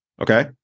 Okay